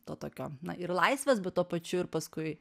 to tokio na ir laisvės bet tuo pačiu ir paskui